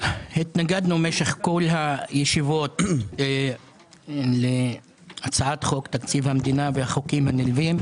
התנגדנו במשך כל הישיבות להצעת חוק תקציב המדינה והחוקים הנלווים,